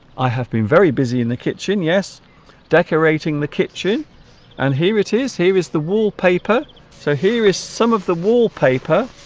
i have been very busy in the kitchen yes decorating the kitchen and here it is here is the wallpaper so here is some of the wallpaper